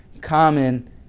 common